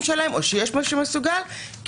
שלהם או למישהו שמסוגל לדאוג עבורם,